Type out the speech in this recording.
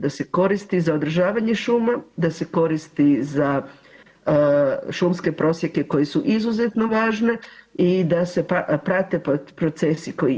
Da se koristi za održavanje šuma, da se koristi za šumske prosjeke koji su izuzetno važne i da se prate procesi koji je.